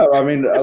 i mean,